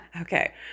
Okay